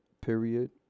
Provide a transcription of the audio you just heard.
period